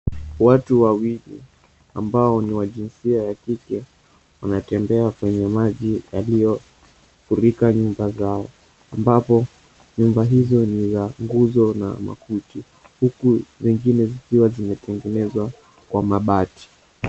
Watu wawili ambao ni wa jinsia ya kike wanatembea kwenye maji yaliyofurika nyumba zao ambapo nyumba hizo ni za nguzo na makuti huku zingine zikiwa zimetengenezwa kwa mabati.